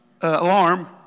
alarm